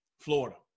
Florida